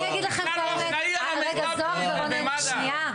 רגע, זהר ורונן, שנייה.